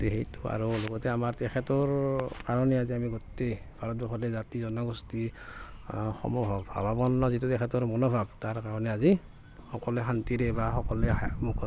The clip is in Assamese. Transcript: আৰু লগতে আমাৰ তেখেতৰ কাৰণে আজি আমি গোটেই ভাৰতবৰ্ষতে জাতি জনগোষ্ঠী সমভাৱাপন্ন যিটো তেখেতৰ মনোভাৱ তাৰ কাৰণে আজি সকলোৱে শান্তিৰে বা সকলোৱে মুখত